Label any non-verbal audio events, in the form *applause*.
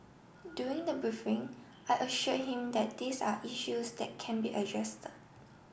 during the briefing I assured him that these are issues that can be *unintelligible*